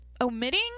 omitting